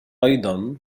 أيضا